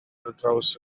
draws